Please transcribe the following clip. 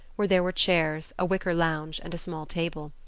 where there were chairs, a wicker lounge, and a small table.